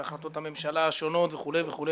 והחלטות הממשלה השונות וכו'.